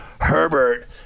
Herbert